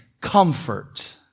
comfort